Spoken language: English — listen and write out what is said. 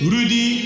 Rudy